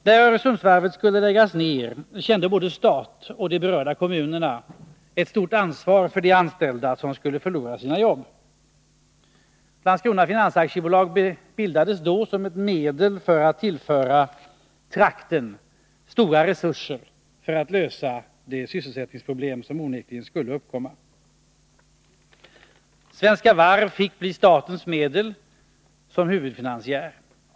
När Öresundsvarvet skulle läggas ner kände både staten och de berörda kommunerna ett stort ansvar för de anställda som skulle förlora sina jobb. Landskrona Finans AB bildades då som ett medel att tillföra trakten stora resurser för att lösa de sysselsättningsproblem som onekligen skulle uppkomma. Svenska Varv fick bli statens medel som huvudfinansiär.